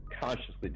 consciously